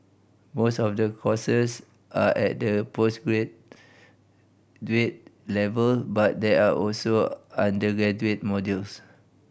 most of the courses are at the level but there are also undergraduate modules